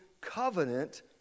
covenant